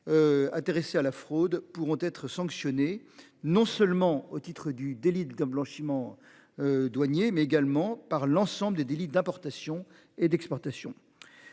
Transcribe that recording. Intéressées à la fraude pourront être sanctionnés non seulement au titre du délit de blanchiment. Douanier mais également par l'ensemble des délits d'importation et d'exportation.